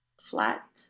flat